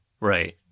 Right